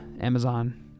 Amazon